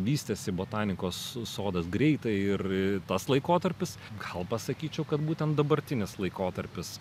vystėsi botanikos sodas greitai ir tas laikotarpis gal pasakyčiau kad būtent dabartinis laikotarpis